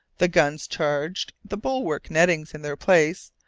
the guns charged, the bulwark nettings in their place,